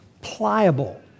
pliable